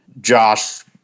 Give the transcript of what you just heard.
Josh